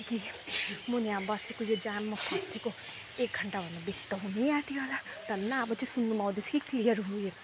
कि म यहाँ बसेको यो जाममा फसेको एक घन्टा भन्दा बेसी हुनै आँट्यो होला धन्न अब चाहिँ सुन्नुमा आउँदैछ कि क्लियर हुयो